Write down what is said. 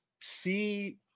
see